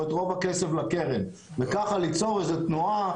או את רוב הכסף לקרן וככה ליצור איזה תנועה,